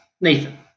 Nathan